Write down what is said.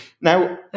Now